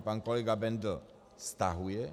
Pan kolega Bendl stahuje...